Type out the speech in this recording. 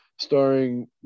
starring